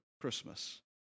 Christmas